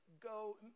go